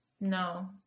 No